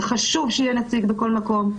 זה חשוב שיהיה נציג בכל מקום.